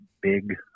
big